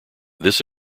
this